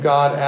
God